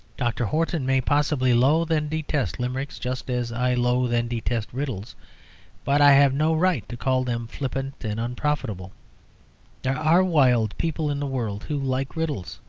dr. horton may possibly loathe and detest limericks just as i loathe and detest riddles but i have no right to call them flippant and unprofitable there are wild people in the world who like riddles.